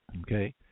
Okay